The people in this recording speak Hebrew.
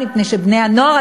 מפני שבני-הנוער,